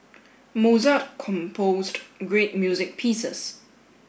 Mozart composed great music pieces